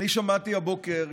אני שמעתי הבוקר,